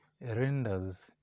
renders